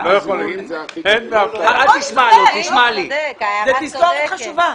זו תזכורת חשובה.